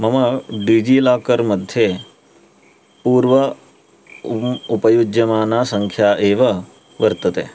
मम डिजिलाकर् मध्ये पूर्व उम उपयुज्यमाना सङ्ख्या एव वर्तते